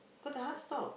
cause the heart stop